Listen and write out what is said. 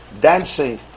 dancing